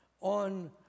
on